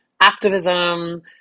activism